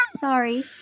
sorry